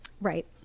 Right